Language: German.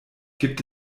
gibt